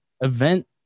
event